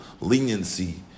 leniency